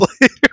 later